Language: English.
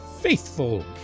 faithful